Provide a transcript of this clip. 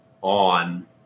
on